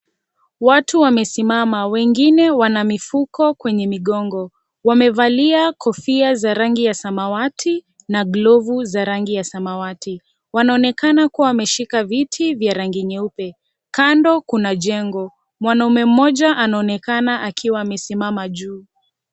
Watu wamesimama wengine wana mifuko kwenye migongo wamevalia kofia za rangi ya samawati na glavu za rangi ya samawati wanaonekana kuwa wameshika viti vya rangi nyeupe, kando kuna jengo mwanaume mmoja anaonekana akiwa amesimama juu.